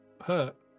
hurt